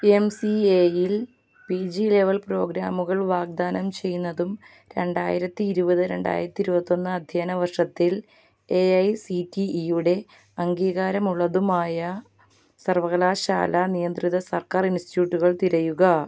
M C എയിൽ P G level പ്രോഗ്രാമുകൾ വാഗ്ദാനം ചെയ്യുന്നതും രണ്ടായിരത്തി ഇരുപത് രണ്ടായിരത്തി ഇരുപത്തൊന്ന് അധ്യയന വർഷത്തിൽ എ ഐ സി ടി ഇയുടെ അംഗീകാരമുള്ളതുമായ സർവകലാശാല നിയന്ത്രിത സർക്കാർ ഇൻസ്റ്റിട്യൂട്ടുകൾ തിരയുക